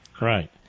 Right